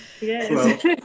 Yes